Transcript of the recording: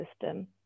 system